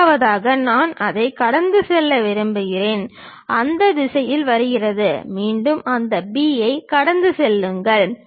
இரண்டாவதாக நான் அதைக் கடந்து செல்ல விரும்புகிறேன் அந்த திசையில் வருகிறது மீண்டும் அந்த B ஐ கடந்து செல்லுங்கள்